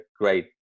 great